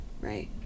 Right